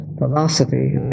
philosophy